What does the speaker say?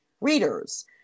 readers